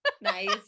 Nice